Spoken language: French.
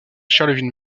charleville